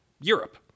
Europe